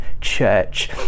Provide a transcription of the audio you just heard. church